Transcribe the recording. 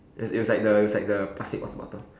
it it was like the it was like the plastic water bottle